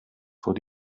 vor